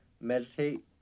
meditate